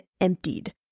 emptied